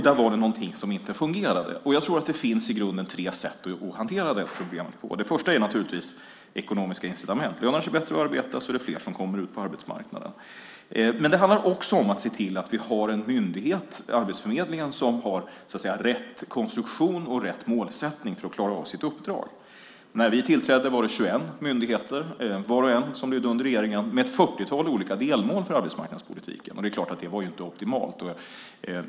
Där var det någonting som inte fungerade. Jag tror att det finns i grunden tre sätt att hantera det problemet på. Det första är naturligtvis ekonomiska incitament. Lönar det sig bättre att arbeta är det fler som kommer ut på arbetsmarknaden. Det handlar för det andra om att se till att vi har en myndighet, Arbetsförmedlingen, som har rätt konstruktion och rätt målsättning för att klara av sitt uppdrag. När vi tillträdde var det 21 myndigheter, som var och en lydde under regeringen, med ett fyrtiotal olika delmål för arbetsmarknadspolitiken. Det var inte optimalt.